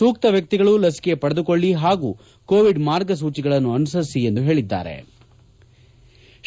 ಸೂಕ್ತ ವ್ಯಕ್ತಿಗಳು ಲಸಿಕೆ ಪಡೆದುಕೊಳ್ಳ ಹಾಗೂ ಕೋವಿಡ್ ಮಾರ್ಗಸೂಚಗಳನ್ನು ಅನುಸರಿಸಿ ಎಂದು ಹೇಳಿದ್ಗಾರೆ